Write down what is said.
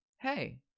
Hey